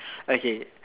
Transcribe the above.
okay